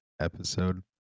episode